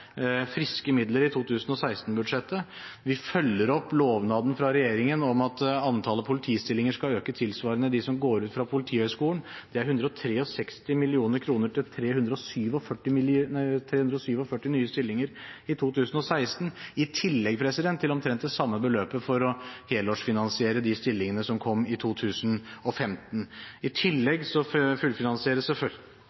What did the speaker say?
friske midler i 2016-budsjettet. Vi følger opp lovnaden fra regjeringen om at antallet politistillinger skal øke tilsvarende dem som går ut fra Politihøgskolen, det er 163 mill. kr til 347 nye stillinger i 2016, i tillegg til omtrent det samme beløpet for å helårsfinansiere de stillingene som kom i 2015. I tillegg fullfinansieres selvfølgelig også de 50 nye påtalejuristene som kom på plass i 2015, og det